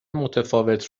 متفاوت